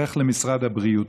לך למשרד הבריאות.